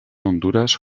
hondures